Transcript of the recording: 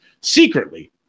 secretly